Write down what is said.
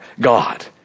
God